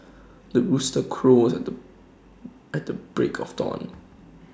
the rooster crows at the at the break of dawn